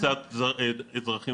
צריך לומר שהמדיניות של אי כניסת אזרחים